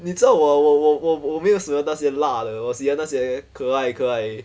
你知道我我我我我没有喜欢那些辣的我喜欢那些可爱可爱